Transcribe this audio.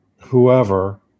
whoever